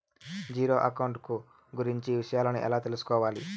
Zero account కు గురించి విషయాలను ఎలా తెలుసుకోవాలి?